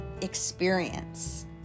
experience